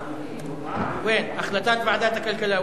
איפה החלטת ועדת הכלכלה?